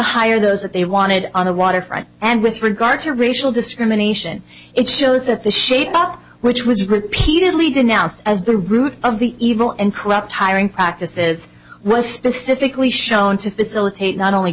hire those that they wanted on the waterfront and with regard to racial discrimination it shows that the shape up which was repeatedly denounced as the root of the evil and corrupt hiring practices was specifically shown to facilitate not only